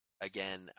again